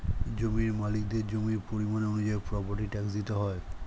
জমির মালিকদের জমির পরিমাণ অনুযায়ী প্রপার্টি ট্যাক্স দিতে হয়